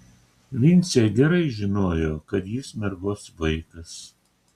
vincė gerai žinojo kad jis mergos vaikas